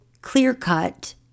clear-cut